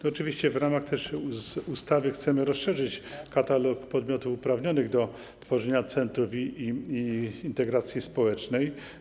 Oczywiście w ramach ustawy chcemy też rozszerzyć katalog podmiotów uprawnionych do tworzenia centrów integracji społecznej.